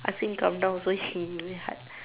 ask him come down also he very hard